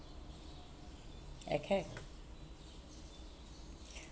okay